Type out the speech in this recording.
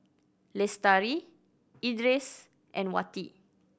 Lestari Idris and Wati